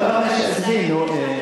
לא, עזבי, נו.